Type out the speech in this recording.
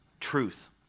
truth